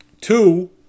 Two